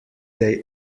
they